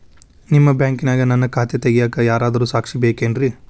ನಿಮ್ಮ ಬ್ಯಾಂಕಿನ್ಯಾಗ ನನ್ನ ಖಾತೆ ತೆಗೆಯಾಕ್ ಯಾರಾದ್ರೂ ಸಾಕ್ಷಿ ಬೇಕೇನ್ರಿ?